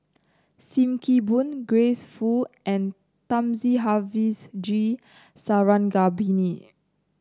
Sim Kee Boon Grace Fu and Thamizhavel G Sarangapani